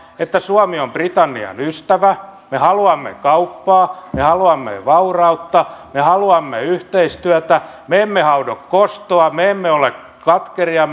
että suomi on britannian ystävä me haluamme kauppaa me haluamme vaurautta me haluamme yhteistyötä me emme haudo kostoa me emme ole katkeria